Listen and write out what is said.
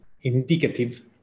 indicative